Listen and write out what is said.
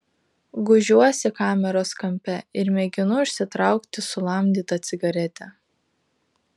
gūžiuosi kameros kampe ir mėginu užsitraukti sulamdytą cigaretę